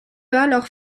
alors